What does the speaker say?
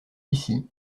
ici